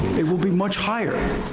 it will be much higher.